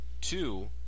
two